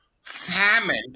salmon